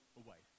away